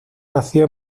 nació